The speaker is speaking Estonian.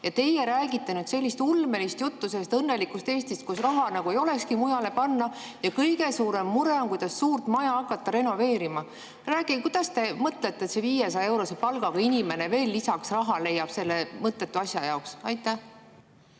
aga teie räägite ulmelist juttu sellest õnnelikust Eestist, kus raha nagu ei olekski mujale panna ja kõige suurem mure on, kuidas suurt maja hakata renoveerima. Rääkige, kuidas te mõtlete, et see 500-eurose palgaga inimene lisaraha leiab selle mõttetu asja jaoks. Tänan,